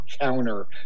counter